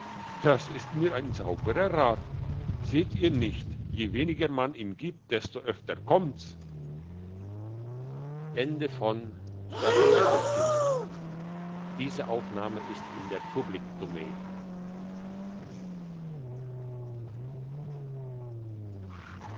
das ist mir ein sauberer rat seht ihr nicht je weniger man ihm gibt desto öfter kommt's